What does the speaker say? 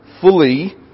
fully